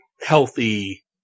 healthy